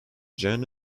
jan